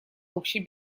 общей